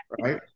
right